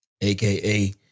AKA